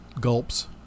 gulps